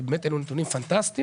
ובאמת אלו נתונים פנטסטיים.